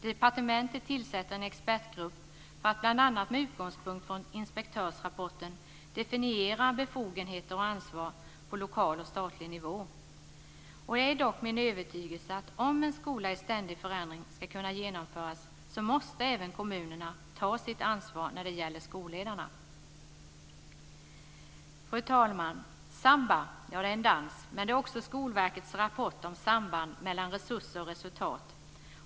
Departementet tillsätter en expertgrupp för att bl.a. med utgångspunkt från inspektörsrapporten definiera befogenheter och ansvar på lokal och statlig nivå. Det är dock min övertygelse att om en skola i ständig förändring ska kunna genomföras måste även kommunerna ta sitt ansvar när det gäller skolledarna. Fru talman! Samba är en dans, men SAMBA är också Skolverkets rapport om samband mellan resurser och resultat.